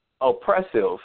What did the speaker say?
oppressive